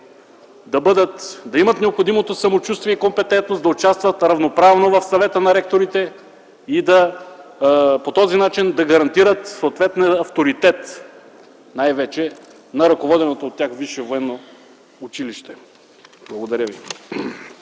да имат необходимото самочувствие и компетентност да участват равноправно в Съвета на ректорите и по този начин да гарантират най-вече съответния авторитет на ръководеното от тях висше военно училище. Благодаря ви.